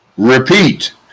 Repeat